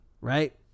Right